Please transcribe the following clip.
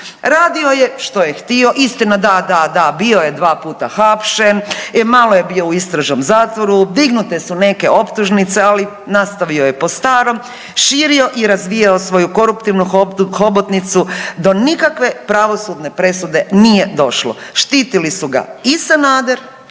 Radio je što je htio, istina, da, da, da, bio je dva puta hapšen, malo je bio u istražnom zatvoru, dignute su neke optužnice, ali nastavio je po starom, širio i razvijao svoju koruptivnu hobotnicu do nikakve pravosudne presude nije došlo. Štitili su ga i Sanader